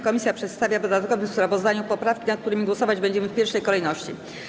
Komisja przedstawia w dodatkowym sprawozdaniu poprawki, nad którymi głosować będziemy w pierwszej kolejności.